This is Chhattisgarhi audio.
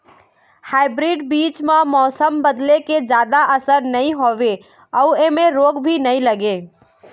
हाइब्रीड बीज म मौसम बदले के जादा असर नई होवे अऊ ऐमें रोग भी नई लगे